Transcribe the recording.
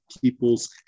people's